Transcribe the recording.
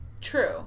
true